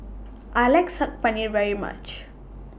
I like Saag Paneer very much